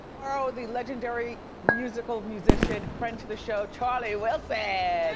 tomorrow the legendary musical musician friend to the show, charlie wilson.